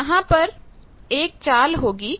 तो यहां पर एक चाल होगी